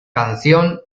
canción